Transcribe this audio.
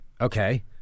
Okay